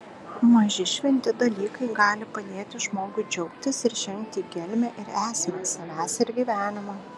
maži šventi dalykai gali padėti žmogui džiaugtis ir žengti į gelmę ir esmę savęs ir gyvenimo